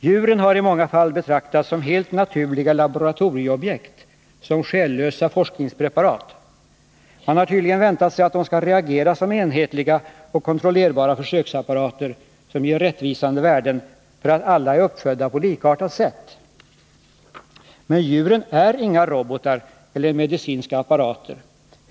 Djuren har i många fall betraktats som helt naturliga laboratorieobjekt — som själlösa forskningspreparat. Man har tydligen väntat sig att de skall reagera som enhetliga och kontrollerbara försöksapparater som ger rättvisande värden, därför att alla är uppfödda på likartat sätt. Men djuren är inga robotar eller medicinska apparater.